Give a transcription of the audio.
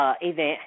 event